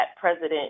President